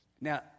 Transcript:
Now